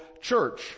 church